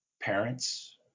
parents